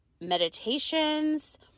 meditations